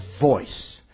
voice